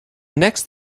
next